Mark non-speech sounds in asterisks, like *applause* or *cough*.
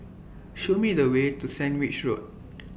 Show Me The Way to Sandwich Road *noise*